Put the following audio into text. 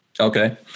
Okay